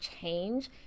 change